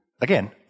again